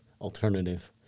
alternative